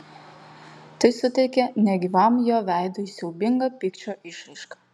tai suteikė negyvam jo veidui siaubingą pykčio išraišką